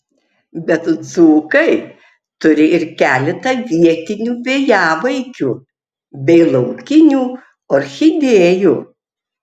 bet dzūkai turi ir keletą vietinių vėjavaikių bei laukinių orchidėjų